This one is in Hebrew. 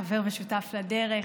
חבר ושותף לדרך,